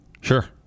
Sure